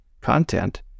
content